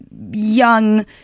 young